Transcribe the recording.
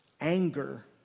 anger